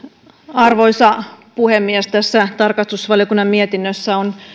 arvoisa puhemies tässä tarkastusvaliokunnan mietinnössä on